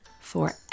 forever